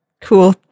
cool